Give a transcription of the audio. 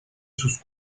sus